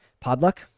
podluck